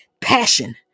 passion